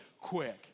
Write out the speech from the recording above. quick